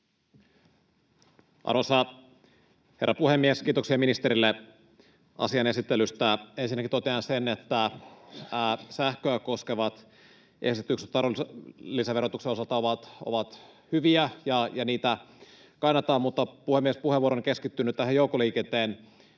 Arvoisa herra puhemies! Kiitoksia ministerille asian esittelystä. Ensinnäkin totean, että sähköä koskevat esitykset arvonlisäverotuksen osalta ovat hyviä ja niitä kannatan, mutta, puhemies, puheenvuoroni keskittyy nyt tähän joukkoliikenteen